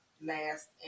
last